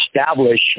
establish